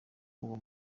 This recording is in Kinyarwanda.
uwo